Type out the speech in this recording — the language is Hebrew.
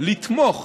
לתמוך